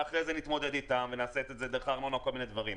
ואחרי כן נתמודד איתם ונעשה את זה דרך הארנונה וכל מיני דברים.